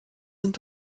sind